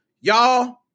y'all